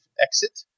exit